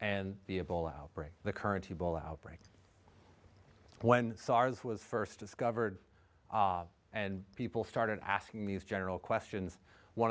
and the able outbreak the current ebola outbreak when sars was first discovered and people started asking these general questions one